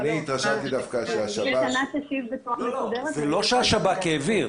אני התרשמתי דווקא שהשב"כ --- זה לא שהשב"כ העביר,